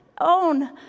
own